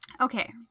Okay